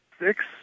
six